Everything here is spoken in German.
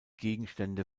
gegenstände